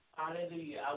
hallelujah